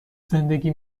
زندگی